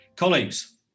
Colleagues